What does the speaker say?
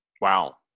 Wow